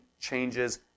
changes